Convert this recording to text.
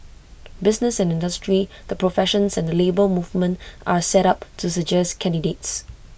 business and industry the professions and the Labour Movement are set up to suggest candidates